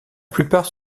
plupart